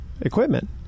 equipment